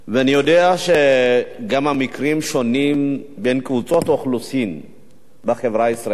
ואני יודע שגם המקרים שונים בין קבוצות אוכלוסין בחברה הישראלית.